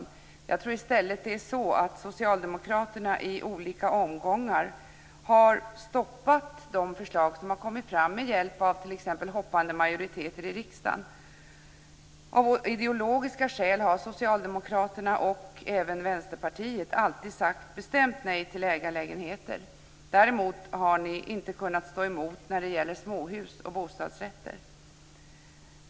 I stället tror jag att det är så att Socialdemokraterna i olika omgångar stoppat de förslag som har kommit fram med hjälp av t.ex. hoppande majoriteter i riksdagen. Av ideologiska skäl har ni socialdemokrater och även ni vänsterpartister alltid sagt bestämt nej till ägarlägenheter. Däremot har ni inte kunnat stå emot när det gäller småhus och bostadsrätter.